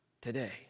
today